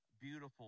beautiful